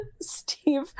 Steve